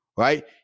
Right